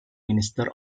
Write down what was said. minister